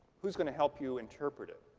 who's going to help you interpret it?